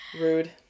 Rude